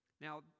Now